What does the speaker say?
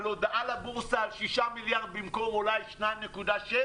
על הודעה לבורסה על 6 מיליארד במקום, אולי, 2.7?